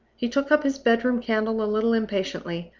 he took up his bedroom candle a little impatiently,